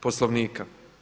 Poslovnika.